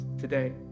today